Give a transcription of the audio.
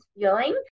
feeling